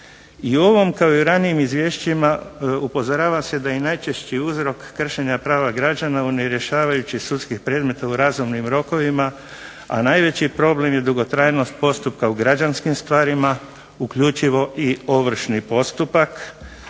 I u ovom kao i u ranijim izvješćima upozorava se da je najčešći uzrok kršenja prava građana u nerješavajućih sudskih predmeta u razumnim rokovima, a najveći problem je dugotrajnost postupka u građanskim stvarima uključivo i ovršni postupak.